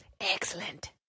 excellent